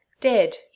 Dead